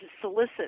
solicit